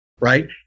right